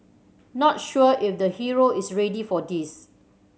not sure if the hero is ready for this